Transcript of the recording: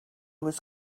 was